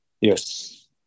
Yes